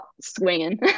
swinging